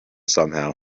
somehow